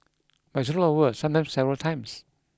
but it's rolled over sometimes several times